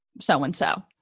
so-and-so